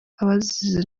abazize